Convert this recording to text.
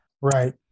Right